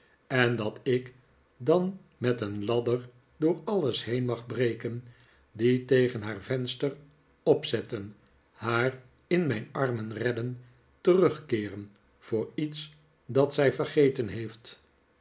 en dat ik dan met een ladder door alles heen mag breken die tegen haar venster opzetten haar in mijn armen redden terugkeeren voor iets dat zij vergeten heeft